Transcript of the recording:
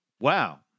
Wow